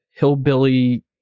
hillbilly